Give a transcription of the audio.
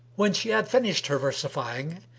when she had finished her versifying,